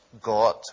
God